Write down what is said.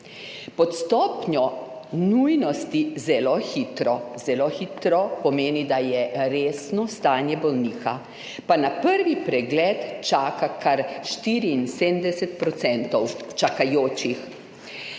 Pod stopnjo nujnosti zelo hitro – zelo hitro pomeni, da je resno stanje bolnika – pa na prvi pregled čaka kar 74 % čakajočih.